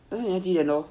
then 你要几点